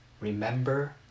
Remember